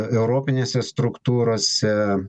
europinėse struktūrose